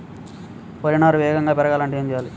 వరి నారు వేగంగా పెరగాలంటే ఏమి చెయ్యాలి?